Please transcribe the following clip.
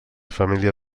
família